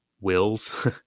wills